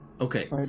okay